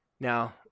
Now